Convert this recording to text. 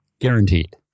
Guaranteed